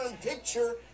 picture